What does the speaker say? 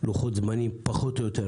לוחות זמנים פחות או יותר.